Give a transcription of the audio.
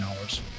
hours